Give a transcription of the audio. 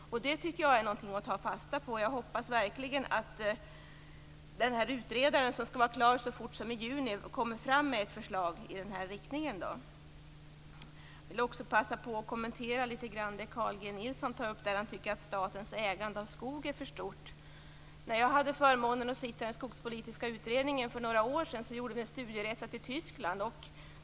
Det tycker jag är något att ta fasta på. Jag hoppas verkligen att utredaren, som skall vara klar så snart som i juni, kommer fram med ett förslag i denna riktning. Jag vill också passa på att litet grand kommentera Carl G Nilssons uppfattning att statens ägande av skog är för stort. Jag hade för några år sedan förmånen att sitta i den skogspolitiska utredningen. Vi gjorde en studieresa till Tyskland.